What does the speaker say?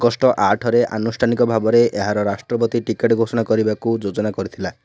August ଆଠରେ ଆନୁଷ୍ଠାନିକ ଭାବରେ ଏହାର ରାଷ୍ଟ୍ରପତି ଟିକେଟ୍ ଘୋଷଣା କରିବାକୁ ଯୋଜନା କରିଥିଲା